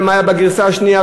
מה היה בגרסה השנייה,